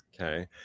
Okay